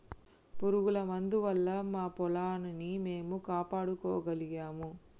పురుగుల మందు వల్ల మా పొలాన్ని మేము కాపాడుకోగలిగాము